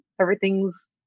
everything's